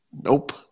Nope